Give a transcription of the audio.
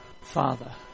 Father